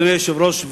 אדוני היושב-ראש,